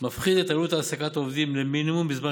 מפחית את עלות העסקת העובדים למינימום בזמן